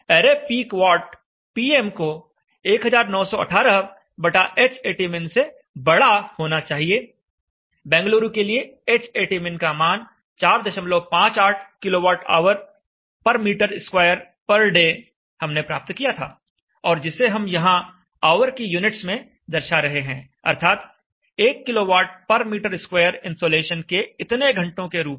array peak watt Pm को 1918 बटा Hatmin से बड़ा होना चाहिए बेंगलुरु के लिए Hatmin का मान 458 kilowatt hour per metre square per day हमने प्राप्त किया था और जिसे हम यहां ऑवर की यूनिट्स में दर्शा रहे हैं अर्थात 1 kilowatt per metre square insolation के इतने घंटों के रूप में